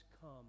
come